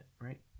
Right